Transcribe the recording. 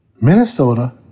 Minnesota